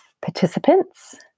participants